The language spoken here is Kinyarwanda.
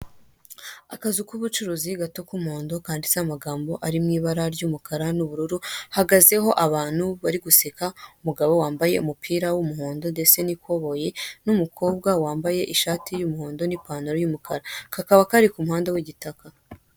Akazu k'ubucuruzi gato k'umuhondo kanditseho amagambo ari mu ibara ry'umukara ndetse n'ubururu; hahagazeho abantu bari guseka: umugabo wambaye umupira w'umuhondo ndetse n'ikoboyi n'umukobwa wambaye ishati y'umuhondo n'ipantaro y'umukara; kakaba kari ku muhanda w'igitaka.